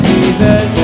Jesus